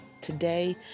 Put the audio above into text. today